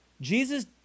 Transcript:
Jesus